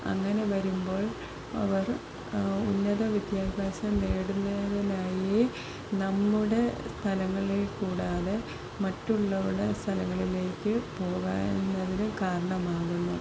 അങ്ങനെ വരുമ്പോൾ അവർ ഉന്നത വിദ്യാഭ്യാസം നേടുന്നതിനായി നമ്മുടെ സ്ഥലങ്ങളിൽ കൂടാതെ മറ്റുള്ളവരുടെ സ്ഥലങ്ങളിലേക്ക് പോകാൻ എന്നതിന് കാരണമാകുന്നു